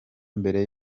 mbere